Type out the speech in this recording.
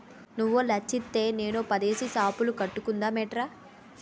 నువ్వో లచ్చిత్తే నేనో పదేసి సాపులు కట్టుకుందమేట్రా